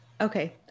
okay